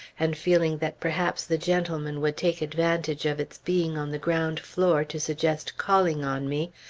and feeling that perhaps the gentlemen would take advantage of its being on the ground floor to suggest calling on me,